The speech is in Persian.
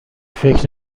فکر